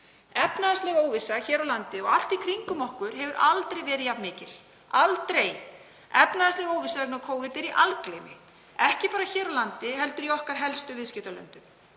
Efnahagsleg óvissa hér á landi og allt í kringum okkur hefur aldrei verið jafn mikil, aldrei. Efnahagsleg óvissa vegna Covid er í algleymingi, ekki bara hér á landi heldur í helstu viðskiptalöndum